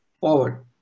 forward